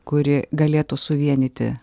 kuri galėtų suvienyti